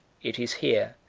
it is here,